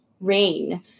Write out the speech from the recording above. rain